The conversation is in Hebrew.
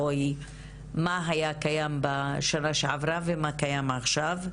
מה היה קיים בשנה שעברה ומה קיים עכשיו.